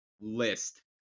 list